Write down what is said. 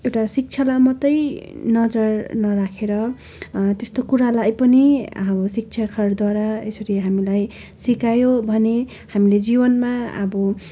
एउटा शिक्षालाई मात्रै नजर नराखेर त्यस्तो कुरालाई पनि अब शिक्षाकारद्वारा यसरी हामीलाई सिकायो भने हामीले जीवनमा अब